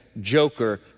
joker